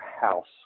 house